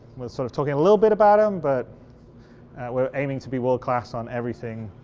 sort of talking a little bit about them, but we're aiming to be world class on everything.